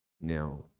Now